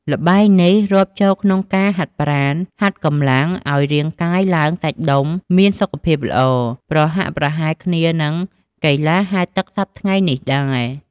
ល្បែងនេះ រាប់ចូលក្នុងការហាត់ប្រាណ ហាត់កម្លាំងឲ្យរាងកាយឡើងសាច់ដុំមានសុខភាពល្អ ប្រហាក់ប្រហែលគ្នានឹងកីឡាហែលទឹកសព្វថ្ងៃនេះដែរ។